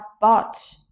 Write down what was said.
bought